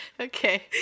Okay